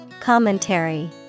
Commentary